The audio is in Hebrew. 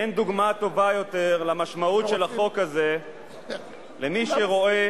אין דוגמה טובה יותר למשמעות של החוק הזה למי שרואה